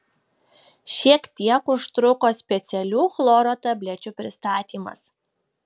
šiek tiek užtruko specialių chloro tablečių pristatymas